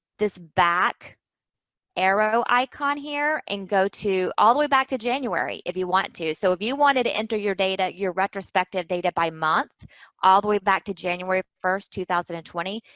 this back arrow icon here and go to, all the way back to january if you want to. so, if you wanted to enter your data, your retrospective data by month all the way back to january first, two thousand and twenty,